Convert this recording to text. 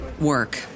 work